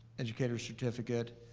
educator's certificate,